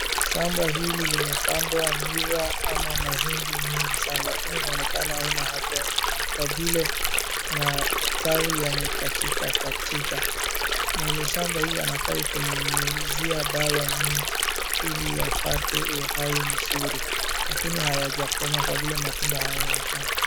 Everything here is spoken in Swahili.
Shamba hili limepandwa miwa ama mahindi mingi sana lakini inaonekana haina afya kwa vile matawi yamekatikakatika. Mwenye shamba hii anafaa kunyunyizia dawa nyingi ili apate uhai mzuri lakini hayajakomaa kwa vile matunda hayaonekani.